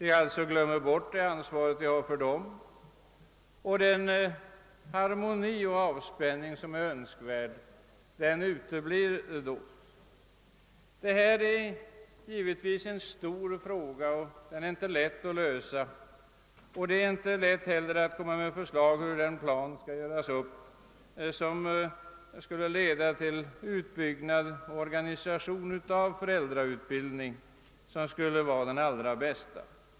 Föräldrarna glömmer alltså bort det ansvar de har för barnen, och den harmoni och den avspänning som är önskvärd uteblir. Detta är givetvis en stor fråga, och den är inte lätt att lösa. Det är inte heller lätt att lägga fram ett förslag till plan för utbyggnad och organisation av föräldrautbildningen, så att denna blir så bra som möjligt.